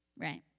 right